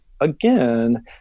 again